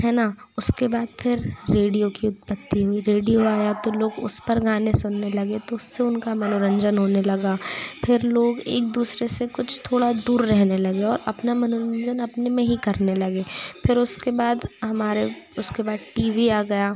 है ना उसके बाद फिर रेडियो की उत्पत्ति हुई रेडियो आया तो लोग उस पर गाने सुनने लगे तो उससे उनका मनोरंजन होने लगा फिर लोग एक दूसरे से कुछ थोड़ा दूर रहने लगे और अपना मनोरंजन अपने में ही करने लगे फिर उसके बाद हमारे उसके बाद टी वी आ गया